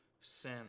sin